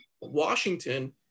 Washington